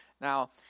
Now